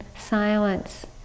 silence